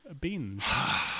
beans